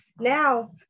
Now